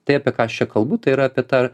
tai apie ką aš čia kalbu tai yra apie tą